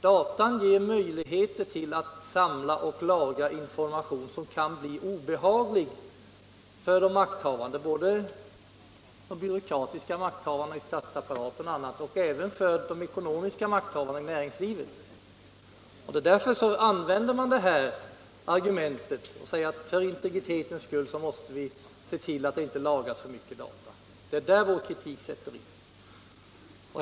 Datatekniken ger möjligheter att samla in och lagra information som kan bli obehaglig för de makthavande, både de byråkratiska makthavarna i statsapparaten och de ekonomiska makthavarna i näringslivet. Och därför använder man argumentet att för integritetens skull måste vi se till att det inte lagras för mycket data. Det är där vi sätter in vår kritik.